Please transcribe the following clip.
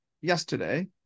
yesterday